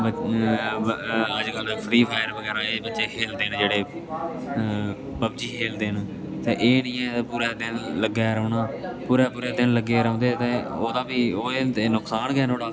अअअ अज्जकल Free Fire बगैरा एह् बच्चे खेल्लदे न जेह्ड़े पब जी खेल्लदे न ते एह् निं ऐ की पूरे दिन लग्गे रौह्ना पूरे पूरे दिन लग्गे रौह्ंदे ते ओह्दा बी एह् होंदे नुकसान गै नुहाड़ा